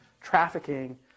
Trafficking